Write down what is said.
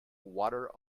water